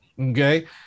Okay